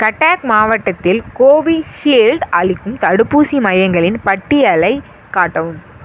கட்டாக் மாவட்டத்தில் கோவிஷீல்டு அளிக்கும் தடுப்பூசி மையங்களின் பட்டியலைக் காட்டவும்